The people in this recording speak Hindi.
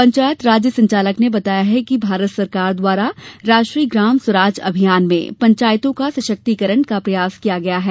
पंचायत राज्य संचालक ने बताया कि भारत सरकार द्वारा राष्ट्रीय ग्राम स्वराज अभियान में पंचयातों का सशक्तिकरण का प्रयास किया है